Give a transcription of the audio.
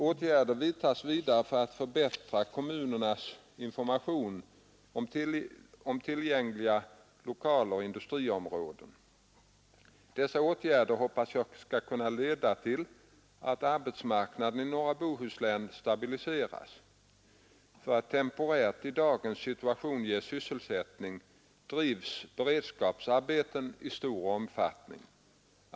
Åtgärder vidtas vidare för att förbättra kommunernas information om tillgängliga lokaler och industriområden. Dessa åtgärder hoppas jag skall kunna leda till att arbetsmarknaden i norra Bohuslän stabiliseras. För att temporärt i dagens situation ge sysselsättning drivs beredskapsarbeten i stor omfattning.